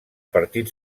partit